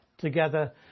together